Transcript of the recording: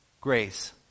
Grace